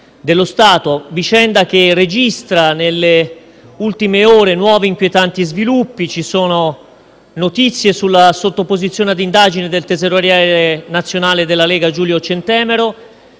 Vicenda che registra nelle ultime ore nuovi, inquietanti sviluppi: ci sono notizie sulla sottoposizione ad indagine del tesoriere nazionale della Lega Giulio Centemero;